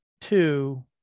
two